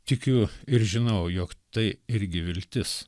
tikiu ir žinau jog tai irgi viltis